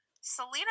Selena